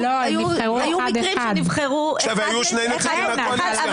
היו מקרים שנבחרו אחד ואחד.